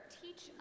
teach